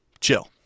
chill